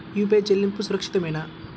UPI చెల్లింపు సురక్షితమేనా?